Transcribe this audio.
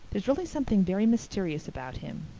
there's really something very mysterious about him.